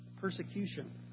persecution